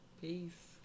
peace